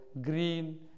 green